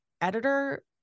editor